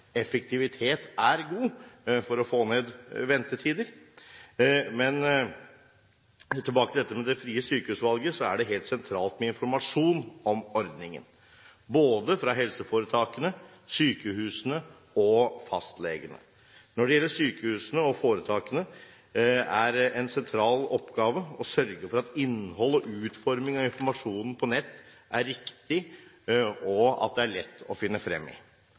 effektivitet er god for å få ned ventetider. Men tilbake til dette med fritt sykehusvalg: Det er helt sentralt med informasjon om ordningen – fra helseforetakene, sykehusene og fastlegene. Når det gjelder sykehusene og foretakene, er en sentral oppgave å sørge for at innhold og utforming av informasjonen på nett er riktig, og at den er lett å finne frem i.